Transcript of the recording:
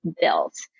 built